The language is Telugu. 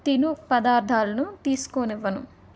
తిను పదార్థాలను తీసుకోనివ్వను